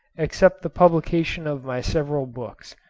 except the publication of my several books.